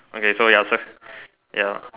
okay so ya turn ya